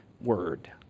word